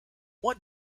what